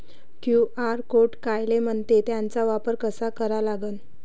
QR code कायले म्हनते, त्याचा वापर कसा करा लागन?